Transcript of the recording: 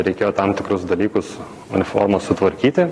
reikėjo tam tikrus dalykus uniformos sutvarkyti